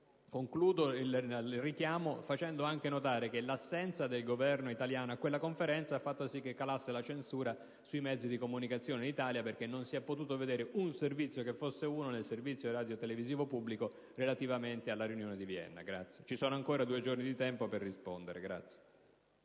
Concludo il richiamo facendo anche notare che l'assenza del Governo italiano a quella Conferenza ha fatto sì che calasse la censura sui mezzi di comunicazione in Italia, perché non si è potuto vedere un solo servizio sulle reti radiotelevisive pubbliche relativamente alla riunione di Vienna. Ci sono ancora due giorni di tempo per rispondere.